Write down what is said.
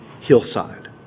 hillside